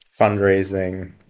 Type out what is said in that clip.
fundraising